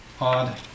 odd